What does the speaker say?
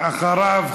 אחריו,